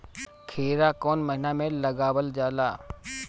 खीरा कौन महीना में लगावल जाला?